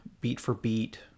beat-for-beat